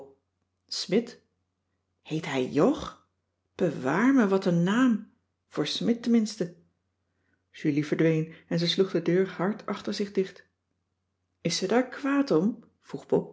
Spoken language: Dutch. smidt heet hij jog bewaar me wat een naam voor smidt tenminste julie verdween en ze sloeg de deur hard achter zich dicht is ze daar kwaad om